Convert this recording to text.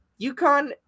UConn